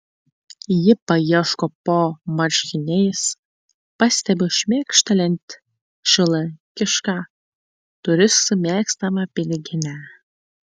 ji paieško po marškiniais pastebiu šmėkštelint šiuolaikišką turistų mėgstamą piniginę